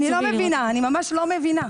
אני ממש לא מבינה.